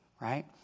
right